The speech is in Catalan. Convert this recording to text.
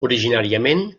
originàriament